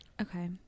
Okay